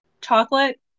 Chocolate